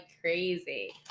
crazy